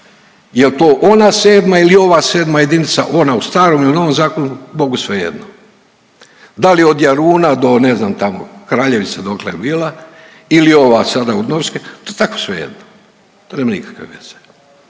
Jel to ona 7. ili ova 7. jedinica ona u starom ili u novom zakonu Bogu svejedno, da li od Jaruna do ne znam tamo Kraljevca dokle bi bila ili ova sada od Novske, to tako svejedno, to nema nikakve veze.